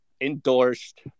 endorsed